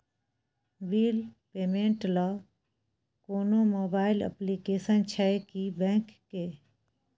Bill payment ल कोनो mobile application छै की बैंक के?